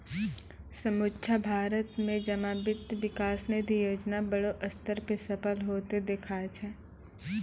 समुच्चा भारत मे जमा वित्त विकास निधि योजना बड़ो स्तर पे सफल होतें देखाय छै